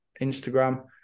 Instagram